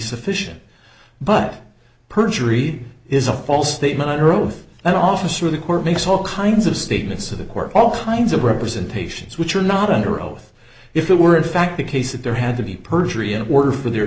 sufficient but perjury is a false statement under oath an officer of the court makes all kinds of statements to the court all kinds of representations which are not under oath if it were in fact the case that there had to be perjury in order for the